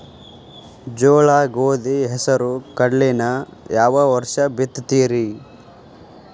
ಜೋಳ, ಗೋಧಿ, ಹೆಸರು, ಕಡ್ಲಿನ ಯಾವ ವರ್ಷ ಬಿತ್ತತಿರಿ?